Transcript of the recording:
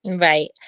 Right